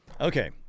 Okay